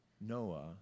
Noah